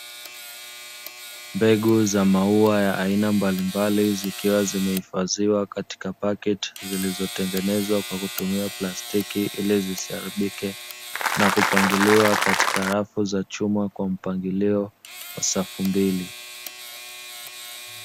Mbegu za maua ya aina mbalimbali zikiwa zimehifadhiwa katika paketi zilizotengenezwa kwa kutumia plastiki, ili zisiharibike na kupangiliwa katika rafu za chuma kwa mpangilio wa safu mbili.